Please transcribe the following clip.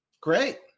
Great